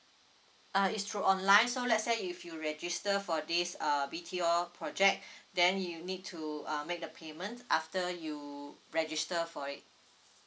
uh it's through online so let's say if you register for this uh B_T_O project then you need to uh make the payment after you register for it